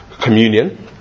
communion